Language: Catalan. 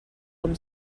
com